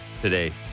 today